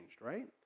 right